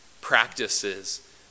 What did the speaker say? practices